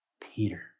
Peter